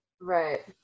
Right